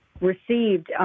received